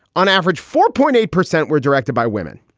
on average, four point eight percent were directed by women.